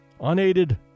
unaided